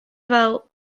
fel